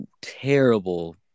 terrible